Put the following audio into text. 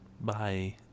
Bye